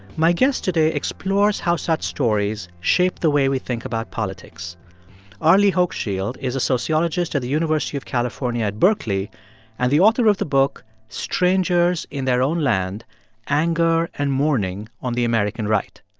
my guest today explores how such stories shaped the way we think about politics arlie hochschild is a sociologist at the university of california at berkeley and the author of the book strangers in their own land anger and mourning on the american right.